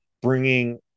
Bringing